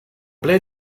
ble